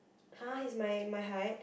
!huh! he's my my height